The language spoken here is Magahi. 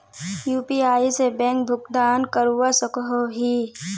यु.पी.आई से बैंक भुगतान करवा सकोहो ही?